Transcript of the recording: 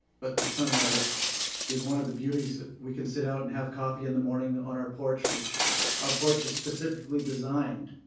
but the sunrise is one of the beauties that we can sit out and have coffee in the morning on our porch, which our porch is specifically designed